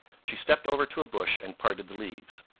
she stepped over to a bush and parted the leaves.